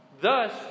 Thus